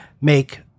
make